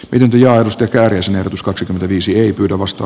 yläasteikäisen ehdotus kaksikymmentäviisi ei pyydä vasta